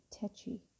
tetchy